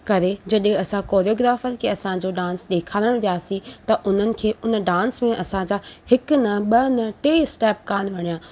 करे जॾहिं असां कोरियोग्राफर खे असांजो डांस ॾेखारण वियासीं त उन्हनि खे उन डांस में असांजा हिकु न ॿ न टे स्टेप कोन वणिया